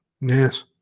Yes